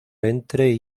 entre